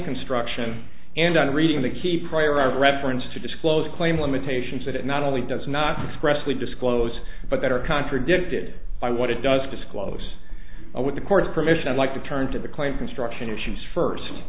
construction and on reading the key priority reference to disclose claim limitations that it not only does not express we disclose but that are contradicted by what it does disclose with the court's permission i'd like to turn to the client construction issues first